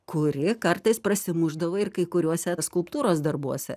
kuri kartais prasimušdavo ir kai kuriuose skulptūros darbuose